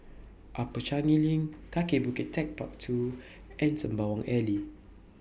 Upper Changi LINK Kaki Bukit Techpark two and Sembawang Alley